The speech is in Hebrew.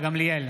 גילה גמליאל,